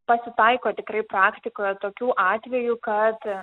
pasitaiko tikrai praktikoje tokių atvejų kad